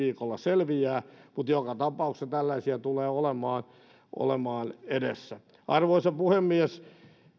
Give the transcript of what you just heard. viikolla selviää mutta joka tapauksessa tällaisia tulee olemaan olemaan edessä arvoisa puhemies